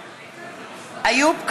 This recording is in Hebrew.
נגד איוב קרא,